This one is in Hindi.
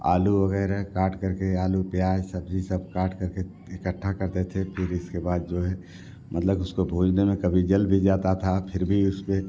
आलू वगैरह काटकर के आलू प्याज सब्जी सब काटकर के तो इकट्ठा करते थे फिर इसके बाद जो है मतलब कि उसको भूजने में कभी जल भी जाता था फिर भी उसमें